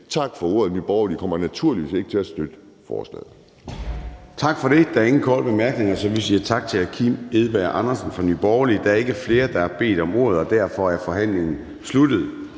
Tak for ordet. Nye Borgerlige kommer naturligvis ikke til at støtte forslaget.